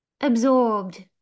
absorbed